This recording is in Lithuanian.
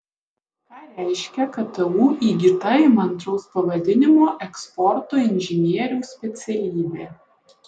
ką reiškia ktu įgyta įmantraus pavadinimo eksporto inžinieriaus specialybė